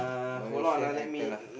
Malaysian actor lah